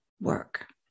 work